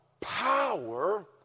Power